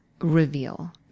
reveal